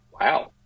Wow